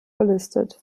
gelistet